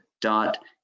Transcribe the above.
dot